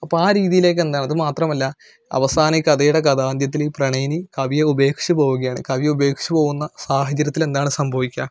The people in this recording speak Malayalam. അപ്പം ആ രീതിയിലേക്ക് എന്താണത് മാത്രമല്ല അവസാനം ഈ കഥയുടെ കഥാന്ത്യത്തില് ഈ പ്രണയിനി കവിയെ ഉപേക്ഷിച്ചുപോവുകയാണ് കവിയെ ഉപേക്ഷിച്ചുപോകുന്ന സാഹചര്യത്തിലെന്താണ് സംഭവിക്കുക